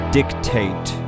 dictate